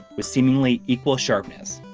with seemingly equal sharpness.